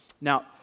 Now